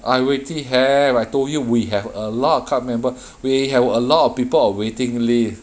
I already have I told you we have a lot of club member we have a lot of people on waiting list